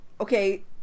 Okay